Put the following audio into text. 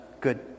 Good